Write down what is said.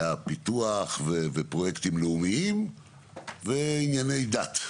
היה פיתוח ופרויקטים לאומיים וענייני דת.